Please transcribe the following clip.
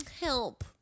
help